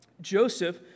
Joseph